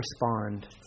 respond